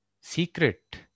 secret